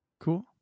Cool